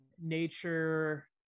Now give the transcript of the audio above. nature